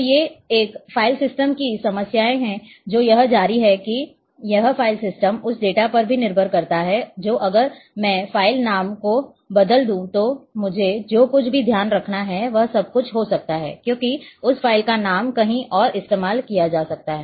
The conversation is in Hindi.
तो ये एक फाइल सिस्टम की समस्याएं हैं जो यह जारी है कि यह फाइल सिस्टम उस डेटा पर भी निर्भर करता है जो अगर मैं फ़ाइल नाम को बदल देता हूं तो मुझे जो कुछ भी ध्यान रखना है वह सब कुछ हो सकता है क्योंकि उस फ़ाइल का नाम कहीं और इस्तेमाल किया जा सकता है